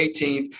18th